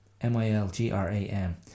M-I-L-G-R-A-M